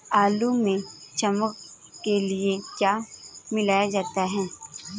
आलू में चमक के लिए क्या मिलाया जाता है?